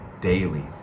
daily